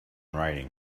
writing